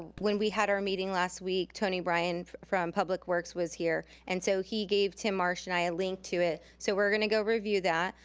when we had our meeting last week, tony brian from public works was here. and so he gave tim marsh and i a link to it. so we're gonna go review that.